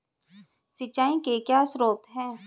सिंचाई के क्या स्रोत हैं?